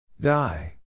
Die